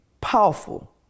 powerful